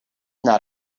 not